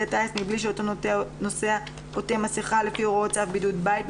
הטיס מבלי שאותו נוסע עוטה מסיכה לפי הראות צו בידוד בית,